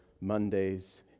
mondays